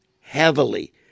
heavily